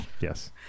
Yes